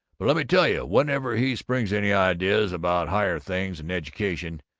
but let me tell you whenever he springs any ideas about higher things and education,